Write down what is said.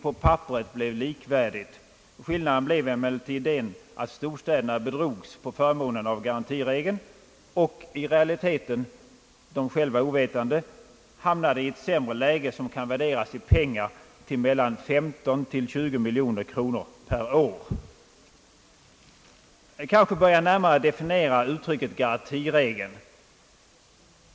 På papperet blev avtalen likvärdiga, men skillnaden var att storstäderna bedrogs på förmånen av garantiregeln och i realiteten, dem själva ovetande, hamnade i ett sämre läge, som i pengar kan värderas till mellan 15 och 20 miljoner kronor per år. Kanske bör jag närmare definiera uttrycket garantiregeln.